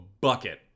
bucket